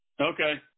Okay